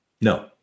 No